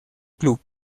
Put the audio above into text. club